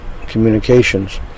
communications